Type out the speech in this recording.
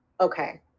Okay